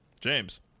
James